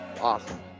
Awesome